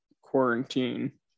quarantine